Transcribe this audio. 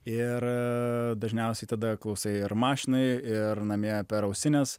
ir dažniausiai tada klausai ir mašinoj ir namie per ausines